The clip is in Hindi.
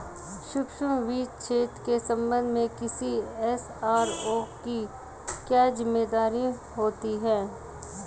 सूक्ष्म वित्त क्षेत्र के संबंध में किसी एस.आर.ओ की क्या जिम्मेदारी होती है?